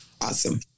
Awesome